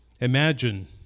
Imagine